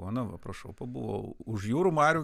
ana va prašau pabuvau už jūrų marių